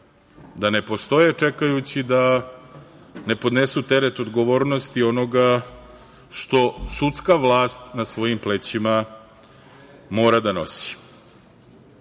da ne postoje, čekajući da ne podnesu teret odgovornosti onoga što sudska vlast na svojim plećima mora da